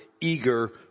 eager